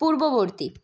পূর্ববর্তী